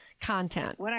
content